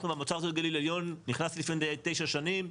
אנחנו במועצה האזורית גליל עליון נכנסתי לפני תשע שנים,